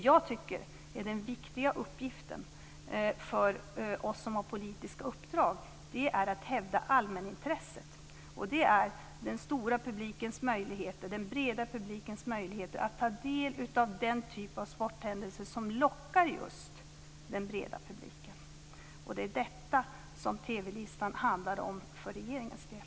Jag tycker att den viktiga uppgiften för oss som har politiska uppdrag är att hävda allmänintresset. Det handlar om den stora, breda publikens möjligheter att ta del av de sporthändelser som lockar just den breda publiken. Det är detta som TV-listan handlar om för regeringens del.